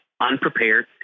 unprepared